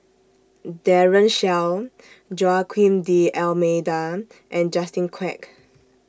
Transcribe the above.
Daren Shiau Joaquim D'almeida and Justin Quek